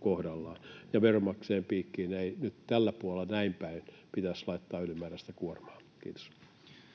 kohdallaan. Veronmaksajien piikkiin ei nyt tällä puolella, näin päin, pitäisi laittaa ylimääräistä kuormaa. — Kiitos.